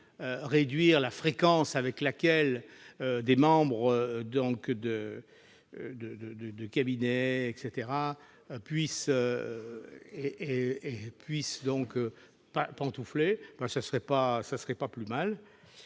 réduire la fréquence avec laquelle les membres de cabinets peuvent pantoufler, ce ne sera pas plus mal.